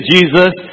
Jesus